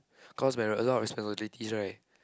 cause where a lot of responsibilities right